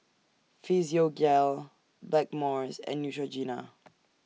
Physiogel Blackmores and Neutrogena